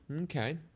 okay